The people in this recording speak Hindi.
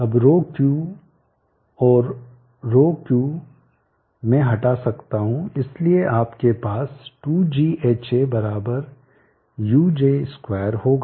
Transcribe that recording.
अब ρQ और ρQ मैं हटा सकता हूं इसलिए आपके पास 2gHa बराबर uj2 होगा